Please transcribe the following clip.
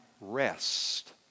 rest